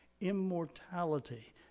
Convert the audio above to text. Immortality